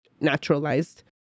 naturalized